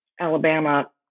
alabama